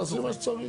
בסדר, תעשי מה שצריך.